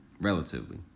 relatively